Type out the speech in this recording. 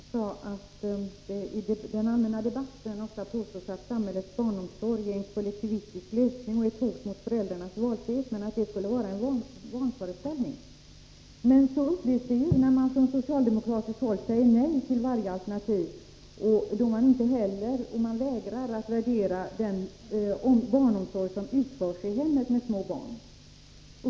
Fru talman! Sten Andersson sade att det i den allmänna debatten ofta påstås att samhällets barnomsorg är en kollektivistisk lösning och ett hot mot föräldrarnas valfrihet, vilket skulle vara en vanföreställning. Men så upplevs det ju, när man från socialdemokratiskt håll säger nej till varje alternativ och vägrar att värdera den barnomsorg som utförs i hemmet när det gäller små barn.